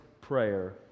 prayer